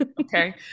Okay